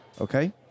Okay